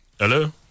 Hello